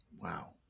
Wow